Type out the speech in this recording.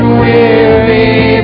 weary